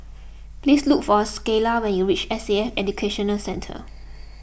please look for Skyla when you reach S A F Education Centre